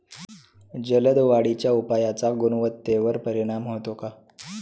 जलद वाढीच्या उपायाचा गुणवत्तेवर परिणाम होतो का?